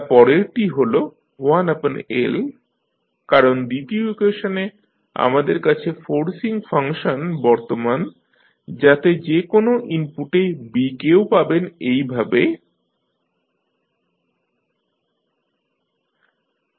তারপর পরেরটি হল 1L কারণ দ্বিতীয় ইকুয়েশনে আমাদের কাছে ফোর্সিং ফাংশন বর্তমান যাতে যে কোনো ইনপুটে B কেও পাবেন এইভাবে 0 1L